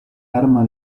arma